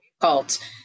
difficult